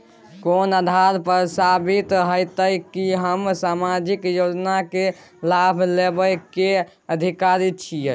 कोन आधार पर साबित हेते की हम सामाजिक योजना के लाभ लेबे के अधिकारी छिये?